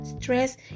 Stress